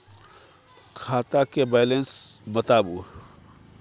खाता के बैलेंस बताबू?